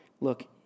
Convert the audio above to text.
Look